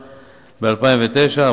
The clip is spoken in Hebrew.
ב-2008,